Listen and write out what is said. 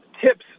Tips